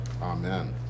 Amen